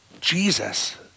Jesus